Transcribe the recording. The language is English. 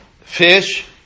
Fish